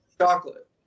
Chocolate